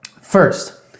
First